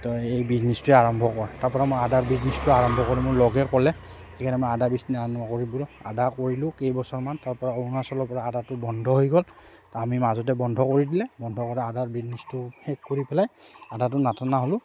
তো এই বিজনেচটোৱে আৰম্ভ ক'ৰ তাৰপৰা মই আদাৰ বিজনেছটো আৰম্ভ কৰোঁ মোৰ লগে ক'লে সেইকাৰণে মই আদা বিনেছ আৰম্ভ কৰিলোঁ আদা কৰিলোঁ কেইবছৰমান তাৰপৰা অৰুণাচলৰপৰা আদাটো বন্ধ হৈ গ'ল আমি মাজতে বন্ধ কৰি দিলে বন্ধ কৰা আদাৰ বিজনেচটো শেষ কৰি পেলাই আদাটো নাটনা হ'লোঁ